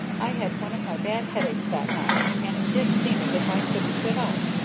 i had one of my bad headaches that night and it did seem as if i couldn't sit up!